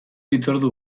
hitzordu